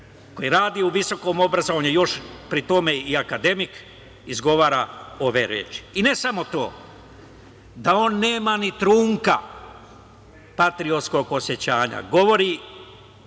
koji radi u visokom obrazovanju, još pri tome i akademik izgovara ove reči.I ne samo to, da on nema ni trunke patriotskog osećanja, govori